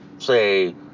say